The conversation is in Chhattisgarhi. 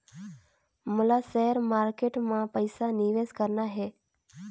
मोला शेयर मार्केट मां पइसा निवेश करना हे?